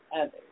others